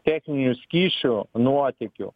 techninių skysčių nuotėkių